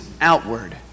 outward